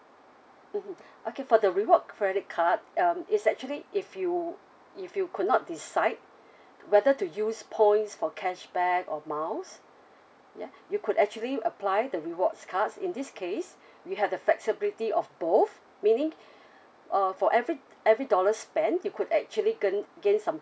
mmhmm okay for the reward credit card um it's actually if you if you could not decide whether to use points for cashback or miles ya you could actually apply the rewards cards in this case we have the flexibility of both meaning uh for every every dollar spent you could actually ga~ gain some